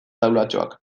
taulatxoak